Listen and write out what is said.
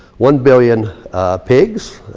one billion pigs,